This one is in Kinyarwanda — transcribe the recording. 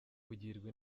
kugirwa